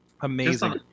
Amazing